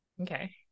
okay